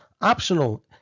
optional